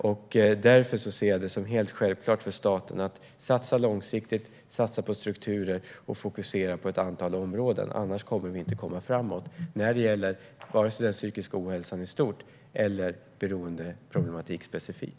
Jag ser det därför som helt självklart för staten att satsa långsiktigt, satsa på strukturer och fokusera på ett antal områden. Annars kommer vi inte att komma framåt vare sig när det gäller den psykiska ohälsan i stort eller beroendeproblematik specifikt.